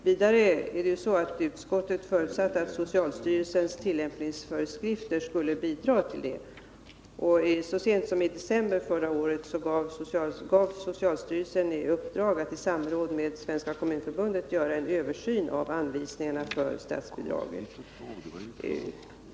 Utskottet förutsatte också att socialstyrelsens tillämpningsföreskrifter skulle bidra till att missbruk av färdtjänsten förhindrades utan att någon gick miste om förmånen. Så sent som i december förra året fick socialstyrelsen i uppdrag att i samarbete med Kommunförbundet göra en översyn av anvisningarna för statsbidrag.